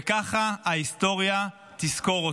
וככה ההיסטוריה תזכור אותו: